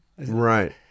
Right